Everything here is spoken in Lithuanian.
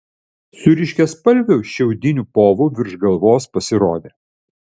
su ryškiaspalviu šiaudiniu povu virš galvos pasirodė